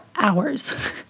hours